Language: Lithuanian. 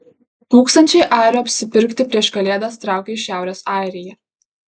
tūkstančiai airių apsipirkti prieš kalėdas traukia į šiaurės airiją